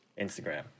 Instagram